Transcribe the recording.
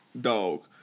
dog